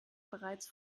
bereits